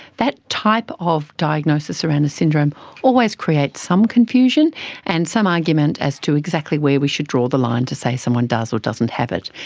that type of diagnosis around a syndrome always creates some confusion and some argument as to exactly where we should draw the line to say someone does or doesn't have it.